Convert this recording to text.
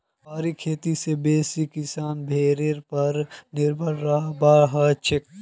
पहाड़ी खेती स बेसी किसानक भेड़ीर पर निर्भर रहबा हछेक